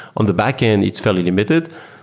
on the backend, it's fairly limited.